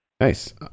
Nice